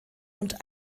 und